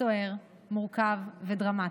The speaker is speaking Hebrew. סוער, מורכב ודרמטי.